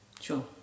Sure